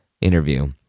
interview